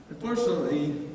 Unfortunately